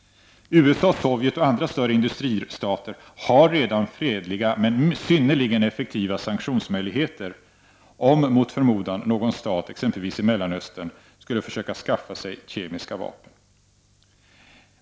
USA, Sovjet och andra större industristater har redan fredliga men synnerligen effektiva sanktionsmöjligheter, om mot förmodan någon stat, exempelvis i Mellanöstern, skulle försöka skaffa sig kemiska vapen.